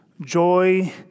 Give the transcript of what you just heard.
joy